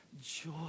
joy